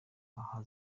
aha